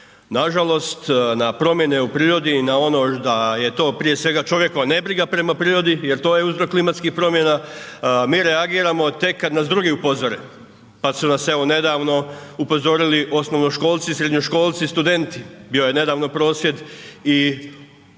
Nažalost na promjene u prirodi i na ono da je to prije svega čovjekova ne briga prirodi jer to je uzrok klimatskih promjena, mi reagiramo tek kada nas drugi upozore. Pa su nas evo nedavno upozorili osnovnoškolci, srednjoškolci i studenti. Bio je nedavno prosvjed i